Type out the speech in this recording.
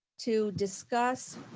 to discuss